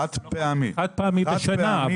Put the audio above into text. חד-פעמי בשנה,